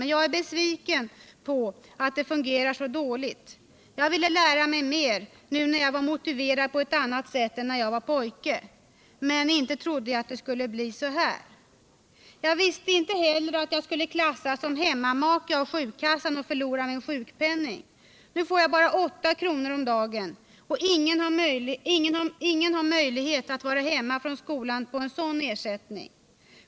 Men jag är besviken på att det fungerar så dåligt. Jag ville lära mig mer, nu när jag var motiverad på ett annat sätt än när jag var pojke. Men jag trodde inte det skulle bli så här. — Jag visste inte heller att jag skulle klassas som hemmamake av sjukkassan och förlora min sjukpenning. Nu får jag bara åtta kronor om dagen — ingen har möjlighet att vara hemma från skolan på en sådan ersättning.